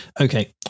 Okay